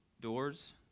doors